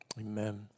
Amen